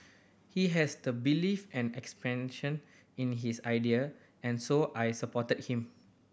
he has the belief and expansion in his idea and so I supported him